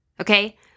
Okay